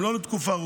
לא ארוכה.